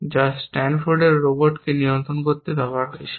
যা স্ট্যানফোর্ডের রোবটকে নিয়ন্ত্রণ করতে ব্যবহৃত হয়েছিল